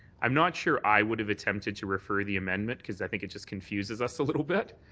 i'm not sure i would have attempted to refer the amendment because i think it just confuses us a little bit.